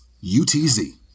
U-T-Z